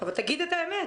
לא, אבל תגיד את האמת.